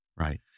Right